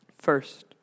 First